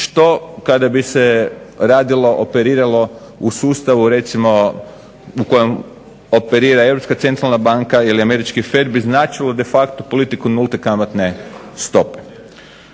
što kada bi se radilo, operiralo u sustavu recimo u kojem operira Europska centralna banka ili Američki FED bi značilo de facto politiku nulte kamatne stope.